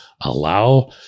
allow